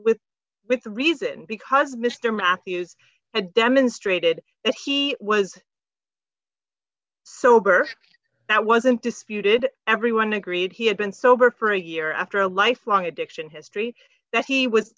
with with the reason because mr matthews and demonstrated that he was sober that wasn't disputed everyone agreed he had been sober for a year after a lifelong addiction history that he was